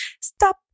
Stop